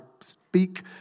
speak